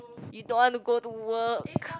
you don't want to go to work